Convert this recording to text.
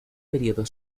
periodo